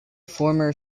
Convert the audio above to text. former